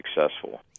successful